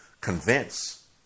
convince